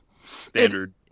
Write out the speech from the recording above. standard